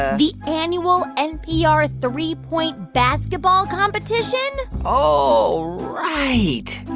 the annual npr three-point basketball competition? oh right.